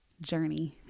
journey